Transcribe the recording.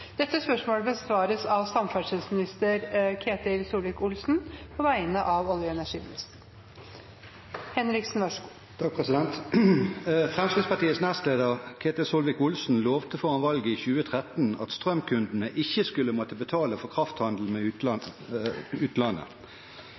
besvares av samferdselsminister Ketil Solvik-Olsen på vegne av olje- og energiministeren. «Fremskrittspartiets nestleder Ketil Solvik-Olsen lovte foran valget i 2013 at strømkundene ikke skulle måtte betale for krafthandel med